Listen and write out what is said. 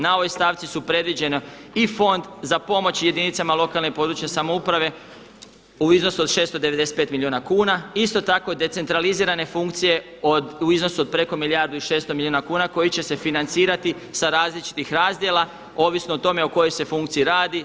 Na ovoj stavci su predviđeno i fond za pomoći jedinicama lokalne i područne samouprave u iznosu od 695 milijuna kuna, isto tako decentralizirane funkcije u iznosu od preko milijardu i 600 milijuna kuna koji će se financirati sa različitih razdjela ovisno o tome o kojoj se funkciji radi.